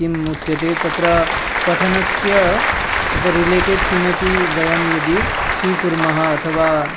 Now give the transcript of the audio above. किम् उच्यते तत्र पठनस्य तद् रिलेटेड् किमपि वयं यदि स्वीकुर्मः अथवा